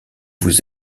vous